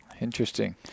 Interesting